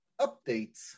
updates